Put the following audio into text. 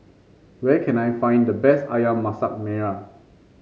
where can I find the best ayam Masak Merah